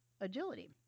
agility